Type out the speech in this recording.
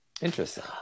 interesting